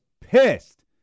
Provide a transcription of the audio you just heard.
pissed